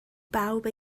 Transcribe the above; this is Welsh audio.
bawb